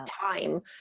time